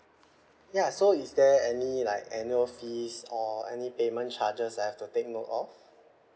ya so is there any like annual fees or any payment charges I have to take note of